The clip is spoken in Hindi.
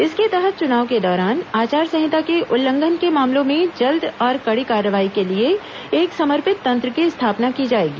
इसके तहत चुनाव के दौरान आचार संहिता के उल्लंघन के मामलों में जल्द और कड़ी कार्रवाई के लिए एक समर्पित तंत्र की स्थापना की जाएगी